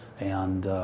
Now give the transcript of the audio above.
and